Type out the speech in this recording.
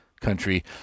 country